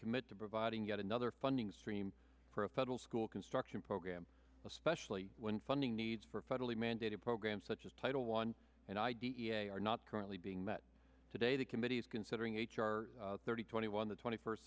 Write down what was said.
commit to providing yet another funding stream for a federal school construction program especially when funding needs for federally mandated programs such as title one and i d e a are not currently being met today the committee is considering h r thirty twenty one the twenty first